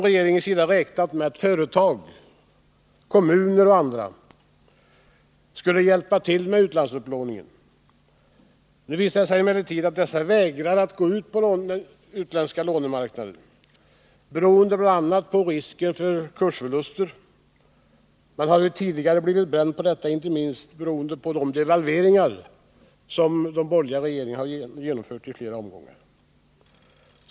Regeringen hade väl räknat med att företag, kommuner och andra skulle hjälpa till med utlandsupplåningen. Det har emellertid visat sig att dess vägrar att låna på utlandsmarknaden, beroende bl.a. på risken för kursförluster. Man har ju tidigare blivit bränd på detta, inte minst beroende på de devalveringar av kronan som den borgerliga regeringen genomfört i flera omgångar.